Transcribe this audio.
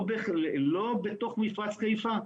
לא בתוך מפרץ חיפה.